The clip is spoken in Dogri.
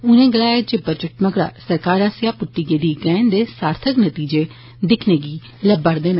उनें गलाया जे बजट मगरा सरकार आस्सेया पुट्टी गेदी गैं दे सार्थिक नतीजें दिक्खने गी लब्बा र दे न